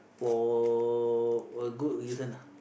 for a good reason